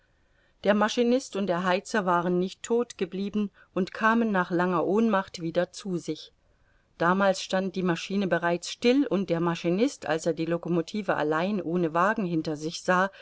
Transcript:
der maschinist und der heizer waren nicht todt geblieben und kamen nach langer ohnmacht wieder zu sich damals stand die maschine bereits still und der maschinist als er die locomotive allein ohne wagen hinter sich sah